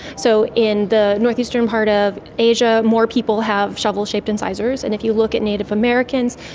so in the north-eastern part of asia more people have shovel-shaped incisors, and if you look at native americans,